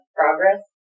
progress